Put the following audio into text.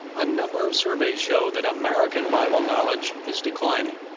a number of surveys show that american bible knowledge is declining.